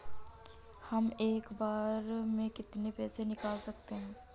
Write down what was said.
हम एक बार में कितनी पैसे निकाल सकते हैं?